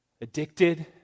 addicted